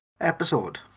episode